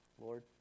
Lord